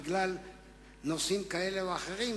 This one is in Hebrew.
בגלל נושאים כאלה או אחרים,